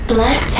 Black